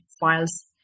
files